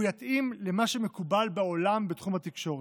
והוא יתאים למקובל בעולם בתחום התקשורת.